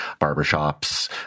barbershops